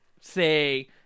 say